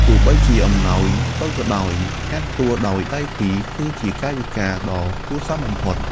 ទោះបីជាអំណោយតូចក៏ដោយ ការទទួលដោយដៃពីរគឺជាកាយវិការដ៏គួរសមបំផុត។